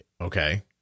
Okay